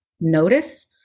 notice